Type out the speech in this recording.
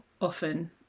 often